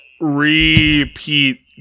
repeat